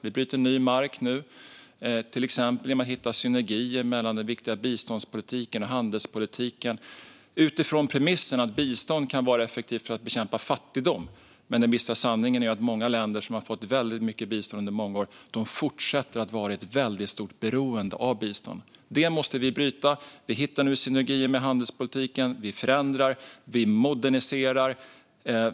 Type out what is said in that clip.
Vi bryter ny mark nu, till exempel genom att hitta synergier mellan den viktiga biståndspolitiken och handelspolitiken, utifrån premissen att bistånd kan vara effektivt för att bekämpa fattigdom. Men den bistra sanningen är att många länder som har fått väldigt mycket bistånd under många år fortsätter att vara i ett väldigt stort beroende av bistånd. Det måste vi bryta. Vi hittar nu synergier med handelspolitiken, vi förändrar och vi moderniserar.